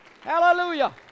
Hallelujah